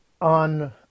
on